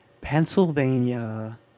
Pennsylvania